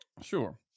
Sure